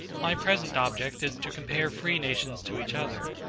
my present object is to compare free nations to each other,